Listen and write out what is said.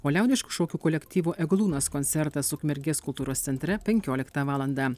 o liaudiškų šokių kolektyvo eglūnas koncertas ukmergės kultūros centre penkioliktą valandą